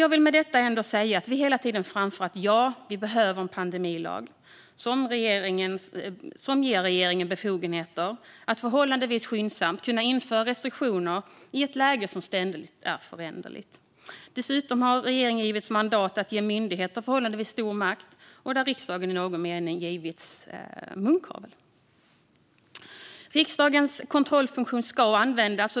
Jag vill med detta ändå säga att vi hela tiden framfört att vi behöver en pandemilag som ger regeringen befogenheter att förhållandevis skyndsamt kunna införa restriktioner i ett läge som ständigt är föränderligt. Dessutom har regeringen givits mandat att ge myndigheter förhållandevis stor makt, och där har riksdagen i någon mening givits munkavle. Riksdagens kontrollfunktion ska användas.